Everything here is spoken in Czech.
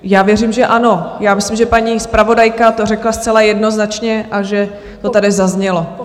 Já věřím, že ano, já myslím, že paní zpravodajka to řekla zcela jednoznačně a že to tady zaznělo.